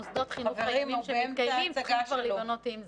מוסדות חינוך חדשים שמתקיימים צריכים כבר להיבנות עם זה.